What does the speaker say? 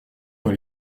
dans